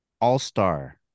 All-Star